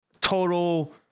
total